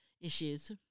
issues